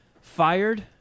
fired